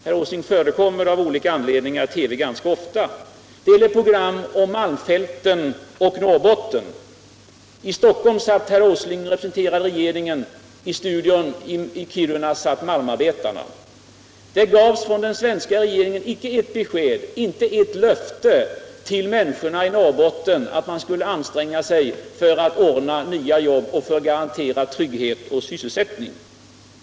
Herr Åsling förekommer av olika anledningar i TV ganska ofta. Det var ett program om malmfälten och Norrbotten. I Stockholm satt herr Åsling och representerade regeringen, i studion i Kiruna satt malmarbetarna. Det gavs från den regeringen icke ett besked, inte ett löfte, till människorna i Norrbotten att man skulle anstränga sig för att ordna nya jobb och garantera trygghet och sysselsättning.